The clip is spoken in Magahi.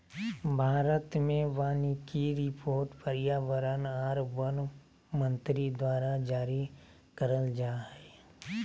भारत मे वानिकी रिपोर्ट पर्यावरण आर वन मंत्री द्वारा जारी करल जा हय